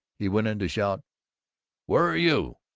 he went in to shout where are you?